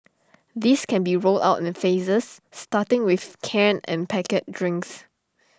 this can be rolled out in phases starting with canned and packet drinks